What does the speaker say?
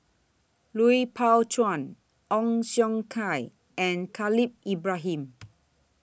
Lui Pao Chuen Ong Siong Kai and Khalil Ibrahim